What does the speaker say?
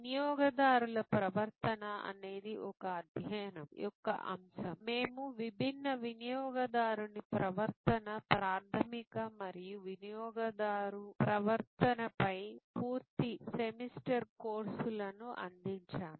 వినియోగదారుల ప్రవర్తన అనేది ఒక అధ్యయనం యొక్క అంశం మేము విభిన్న వినియోగదారుని ప్రవర్తన ప్రాథమిక మరియు వినియోగదారు ప్రవర్తనపై పూర్తి సెమిస్టర్ కోర్సులను అందించాము